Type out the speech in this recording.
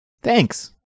Thanks